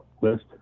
list